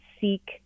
seek